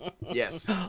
Yes